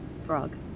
frog